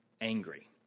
angry